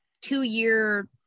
two-year